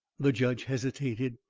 the judge hesitated,